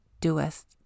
doest